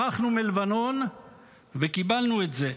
ברחנו מלבנון וקיבלנו את זה.